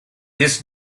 his